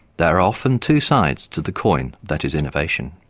there are often two sides to the coin that is innovation.